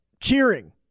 cheering